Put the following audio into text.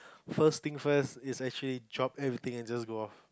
first thing first is actually drop everything and just go off